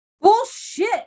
bullshit